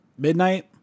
Midnight